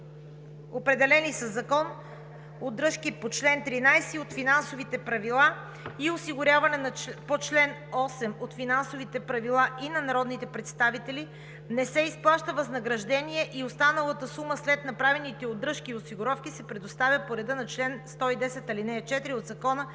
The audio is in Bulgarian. определени със закон, удръжки по чл. 13 от Финансовите правила и осигуряване по чл. 8 от Финансовите правила и на народните представители не се изплаща възнаграждение и останалата сума след направените удръжки и осигуровки се предоставя по реда на чл. 110, ал. 4 от Закона